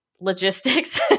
logistics